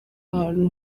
ahantu